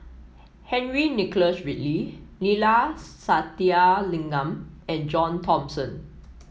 Henry Nicholas Ridley Neila Sathyalingam and John Thomson